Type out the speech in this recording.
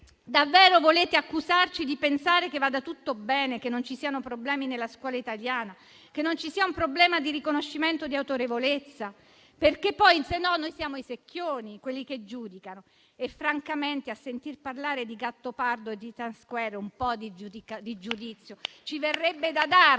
Davvero volete accusarci di pensare che vada tutto bene, che non ci siano problemi nella scuola italiana e che non ci sia un problema di riconoscimento di autorevolezza? Altrimenti noi siamo i secchioni, quelli che giudicano. Francamente, a sentir parlare di Gattopardo e di Time Square, un po' di giudizio ci verrebbe da darlo.